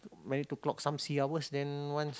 manage to clock some sea hours then once